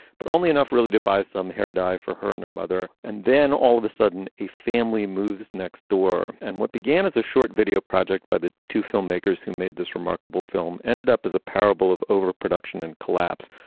but only enough, really, to buy some hair dye for her and her mother. and then all of a sudden, a family moves next door. and what began as a short video project by the two filmmakers who made this remarkable film ended up as a parable of overproduction and collapse,